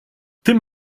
tym